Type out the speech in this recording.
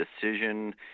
decision